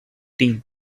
team